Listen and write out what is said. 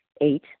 Eight